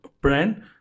brand